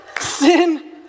Sin